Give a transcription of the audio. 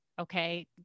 Okay